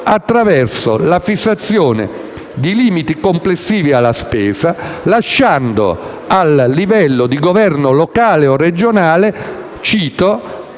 attraverso la fissazione di limiti complessivi alla spesa, lasciando al livello di governo locale o regionale